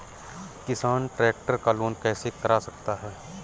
किसान ट्रैक्टर का लोन कैसे करा सकता है?